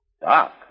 Doc